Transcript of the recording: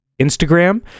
Instagram